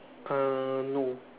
uh no